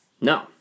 No